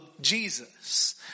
Jesus